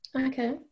okay